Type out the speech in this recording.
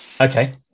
Okay